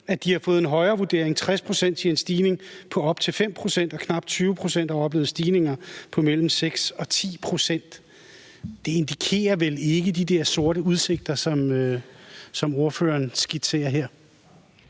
at de har fået en højere vurdering – 60 pct. siger en stigning på op til 5 pct., og knap 20 pct. har oplevet stigninger på mellem 6 og 10 pct. Det indikerer vel ikke de der sorte udsigter, som ordføreren her skitserer.